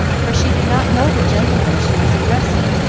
for she did not know the gentleman she was addressing,